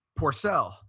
porcel